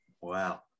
Wow